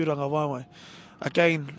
Again